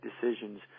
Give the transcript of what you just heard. decisions